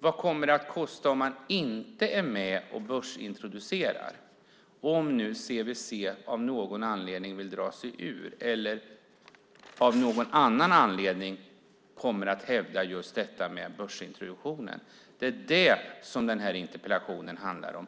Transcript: Vad kommer det att kosta om man inte är med och börsintroducerar, om nu CVC av någon anledning vill dra sig ur eller om man av någon annan anledning kommer att hävda just detta med börsintroduktionen? Det är det som den här interpellationen handlar om.